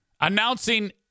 Announcing